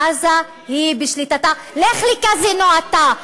עזה היא בשליטתה, לך לקזינו אתה.